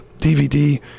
DVD